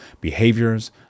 behaviors